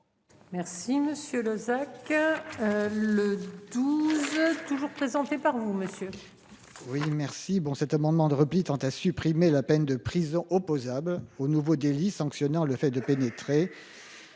Merci monsieur sac hein. Le 12 est toujours présenté par vous monsieur. Oui merci bon cet amendement de repli tend à supprimer la peine de prison opposable au nouveau délit sanctionnant le fait de pénétrer.